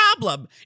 problem